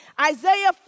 Isaiah